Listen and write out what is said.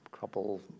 couple